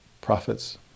Prophets